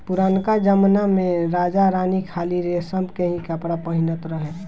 पुरनका जमना में राजा रानी खाली रेशम के ही कपड़ा पहिनत रहे